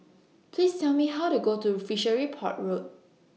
Please Tell Me How to Go to Fishery Port Road